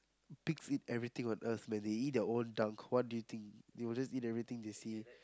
pig eats everything on Earth they eat their own dump what do you think they will just eat everything they see